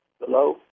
Hello